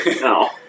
No